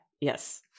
Yes